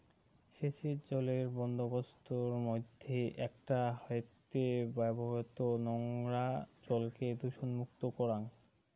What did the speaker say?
সেচের জলের বন্দোবস্তর মইধ্যে একটা হয়ঠে ব্যবহৃত নোংরা জলকে দূষণমুক্ত করাং